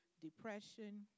depression